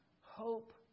hope